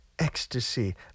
ecstasy